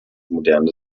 moderne